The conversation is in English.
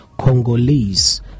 Congolese